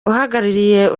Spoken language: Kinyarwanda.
uhagarariye